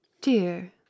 dear